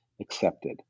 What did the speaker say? accepted